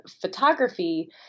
photography